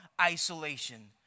isolation